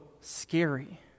scary